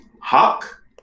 Hawk